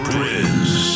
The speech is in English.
Prince